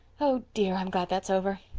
oh, dear, i'm glad that's over.